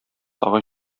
тагы